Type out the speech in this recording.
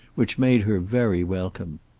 which made her very welcome.